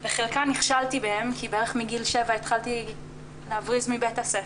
שבחלקן נכשלתי כי בערך מגיל 7 התחלתי להבריז מבית הספר,